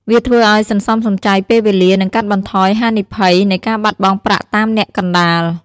វាធ្វើឲ្យសន្សំសំចៃពេលវេលា និងកាត់បន្ថយហានិភ័យនៃការបាត់បង់ប្រាក់តាមអ្នកកណ្ដាល។